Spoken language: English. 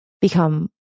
become